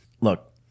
Look